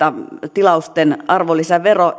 tilausten arvonlisävero